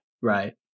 Right